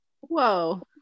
Whoa